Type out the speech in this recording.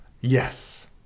yes